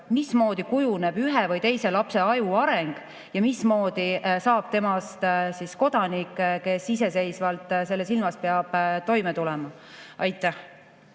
mismoodi kujuneb ühe või teise lapse aju areng ja mismoodi saab temast kodanik, kes iseseisvalt selles ilmas peab toime tulema. Tõnis